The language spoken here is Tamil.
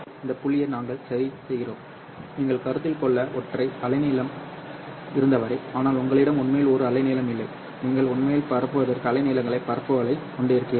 இப்போது இந்த புள்ளியை நாங்கள் சரி செய்கிறோம் நீங்கள் கருத்தில் கொள்ள ஒற்றை அலைநீளம் இருந்தவரை ஆனால் உங்களிடம் உண்மையில் ஒரு அலைநீளம் இல்லை நீங்கள் உண்மையில் பரப்புவதற்கு அலைநீளங்களின் பரவலைக் கொண்டிருக்கிறீர்கள்